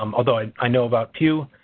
um although i i know about pew.